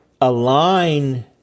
align